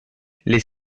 les